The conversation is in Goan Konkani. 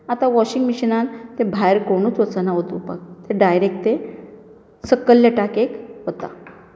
आतां वाँशिंग मशिनान भायर कोणूच वचना वोतोवपाक तें डायरेक्ट तें सकल्ल्या टाकयेक वता